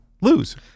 lose